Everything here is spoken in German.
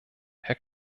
herr